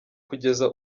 kugeza